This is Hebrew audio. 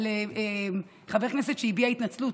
כשחבר כנסת שהביע התנצלות,